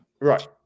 Right